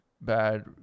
bad